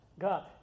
God